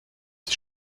die